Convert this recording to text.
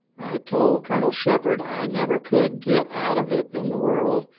i told colonel shepard i never could get out of it in the world,